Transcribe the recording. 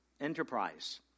enterprise